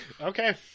okay